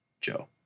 Joe